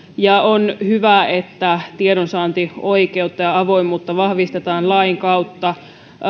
ja on hyvä että tiedonsaantioikeutta ja avoimuutta vahvistetaan lain kautta